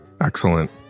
Excellent